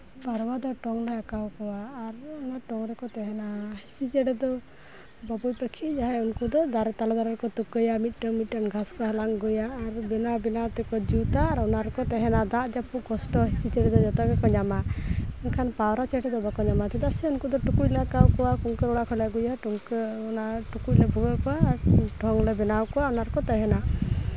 ᱯᱟᱣᱨᱟ ᱫᱚ ᱴᱚᱝ ᱞᱮ ᱟᱸᱠᱟᱣ ᱟᱠᱚᱣᱟ ᱟᱨ ᱚᱱᱟ ᱴᱚᱝ ᱨᱮᱠᱚ ᱛᱟᱦᱮᱱᱟ ᱦᱤᱥᱤ ᱪᱮᱬᱮ ᱫᱚ ᱵᱟᱹᱵᱩᱭ ᱯᱟᱹᱠᱷᱤ ᱡᱟᱦᱟᱸᱭ ᱩᱱᱠᱩ ᱫᱚ ᱫᱟᱨᱮ ᱛᱟᱞᱮ ᱫᱟᱨᱮ ᱨᱮᱠᱚ ᱛᱩᱠᱟᱹᱭᱟ ᱢᱤᱫᱴᱮᱱ ᱢᱤᱫᱴᱮᱱ ᱜᱷᱟᱥ ᱠᱚ ᱦᱟᱞᱟᱝ ᱟᱹᱜᱩᱭᱟ ᱟᱨ ᱵᱮᱱᱟᱣ ᱵᱮᱱᱟᱣᱛᱮᱠᱚ ᱡᱩᱛᱟ ᱟᱨ ᱚᱱᱟ ᱨᱮᱠᱚ ᱛᱟᱦᱮᱱᱟ ᱫᱟᱜ ᱡᱟᱹᱯᱩᱫ ᱠᱚᱥᱴᱚ ᱦᱤᱥᱤ ᱪᱮᱬᱮ ᱫᱚ ᱡᱚᱛᱚ ᱜᱮᱠᱚ ᱧᱟᱢᱟ ᱢᱮᱱᱠᱷᱟᱱ ᱯᱟᱣᱨᱟ ᱪᱮᱬᱮ ᱫᱚ ᱵᱟᱠᱚ ᱧᱟᱢᱟ ᱪᱮᱫᱟᱜ ᱥᱮ ᱩᱱᱠᱩ ᱫᱚ ᱴᱩᱠᱩᱡ ᱞᱮ ᱟᱸᱠᱟᱣ ᱟᱠᱚᱣᱟ ᱠᱩᱝᱠᱟᱹᱞ ᱚᱲᱟᱜ ᱠᱷᱚᱱᱞᱮ ᱟᱹᱜᱩᱭᱟ ᱠᱩᱝᱠᱟᱹᱞ ᱟᱨ ᱚᱱᱟ ᱴᱩᱠᱩᱡ ᱞᱮ ᱵᱷᱩᱜᱟᱹᱜᱟ ᱟᱨ ᱴᱚᱝᱞᱮ ᱵᱮᱱᱟᱣ ᱟᱠᱚᱣᱟ ᱚᱱᱟ ᱨᱮᱠᱚ ᱛᱟᱦᱮᱱᱟ